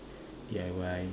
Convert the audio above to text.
D_I_Y